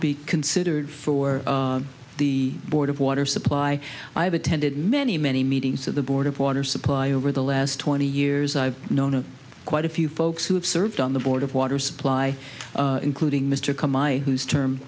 be considered for the board of water supply i have attended many many meetings of the board of water supply over the last twenty years i've known quite a few folks who have served on the board of water supply including mr come by whose term